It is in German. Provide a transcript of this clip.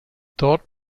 dort